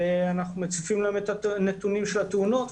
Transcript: ואנחנו מציפים להם את הנתונים של התאונות,